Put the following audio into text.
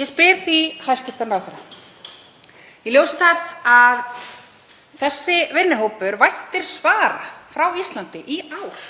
Ég spyr því hæstv. ráðherra í ljósi þess að þessi vinnuhópur væntir svara frá Íslandi í ár